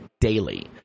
daily